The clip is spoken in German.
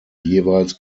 jeweils